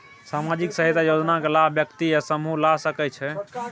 सामाजिक सहायता योजना के लाभ व्यक्ति या समूह ला सकै छै?